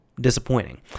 disappointing